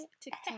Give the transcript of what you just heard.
TikTok